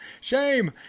shame